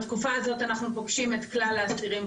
בתקופה הזאת אנחנו פוגשים את כלל האסירים,